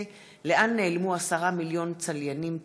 איימן עודה בנושא: לאן נעלמו עשרה מיליון צליינים תיירים?